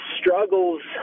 struggles